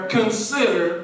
consider